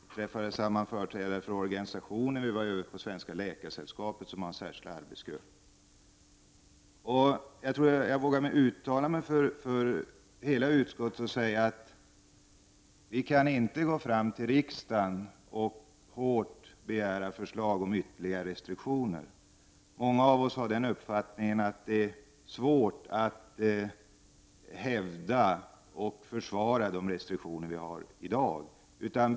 Vi träffade företrädare för organisationer, och vi besökte Svenska läkaresällskapet som har en särskild arbetsgrupp för denna fråga. Jag tror att jag vågar uttala mig för hela utskottet och säga att vi inte kan gå till kammaren och hårt begära förslag om ytterligare restriktioner. Många av oss har uppfattningen att det är svårt att hävda och försvara de restriktioner som vi i dag har.